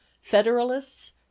federalists